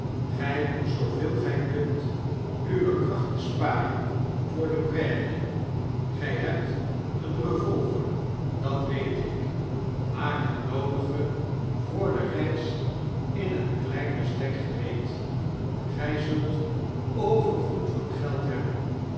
gy moet zooveel gy kunt uwe krachten sparen voor de prairien gy hebt een revolver dat weet ik maak het noodige voor de reis in een klein bestek gereed gy zult overvloed van geld hebben